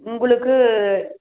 உங்களுக்கு